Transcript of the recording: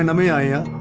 and may i